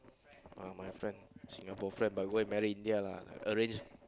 uh my friend Singapore friend but go and marry India lah arrange